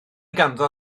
ganddo